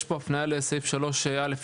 יש פה הפנייה לסעיף 3(א)(6),